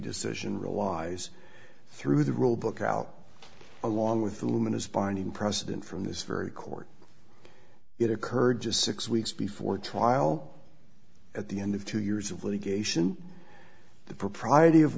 decision relies through the rule book out along with the luminous binding precedent from this very court it occurred just six weeks before trial at the end of two years of litigation the propriety of